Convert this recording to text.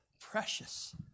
precious